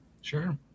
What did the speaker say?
Sure